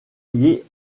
lié